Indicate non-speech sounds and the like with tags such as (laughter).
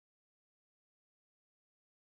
(unintelligible)